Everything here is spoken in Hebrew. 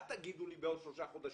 אל תגידו לי בעוד שלושה חודשים,